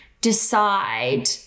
decide –